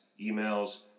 emails